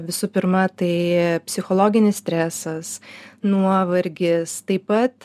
visų pirma tai psichologinis stresas nuovargis taip pat